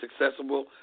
accessible